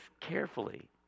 carefully